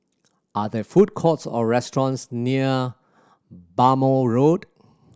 are there food courts or restaurants near Bhamo Road